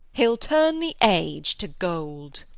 he'll turn the age to gold.